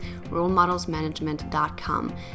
rolemodelsmanagement.com